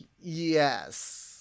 Yes